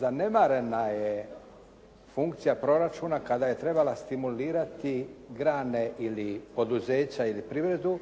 zanemarena je funkcija proračuna kada je trebala stimulirati grane ili poduzeća ili privredu